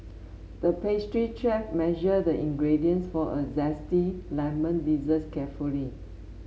the pastry chef measured the ingredients for a zesty lemon dessert carefully